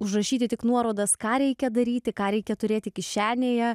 užrašyti tik nuorodas ką reikia daryti ką reikia turėti kišenėje